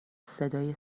صدای